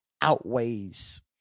outweighs